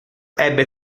ebbe